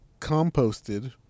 composted